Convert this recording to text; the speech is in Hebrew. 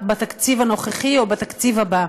בתקציב הנוכחי או בתקציב הבא,